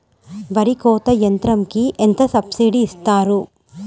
వరి కోత యంత్రంకి ఎంత సబ్సిడీ ఇస్తారు?